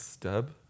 Stab